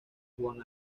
juan